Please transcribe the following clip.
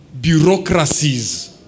bureaucracies